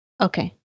Okay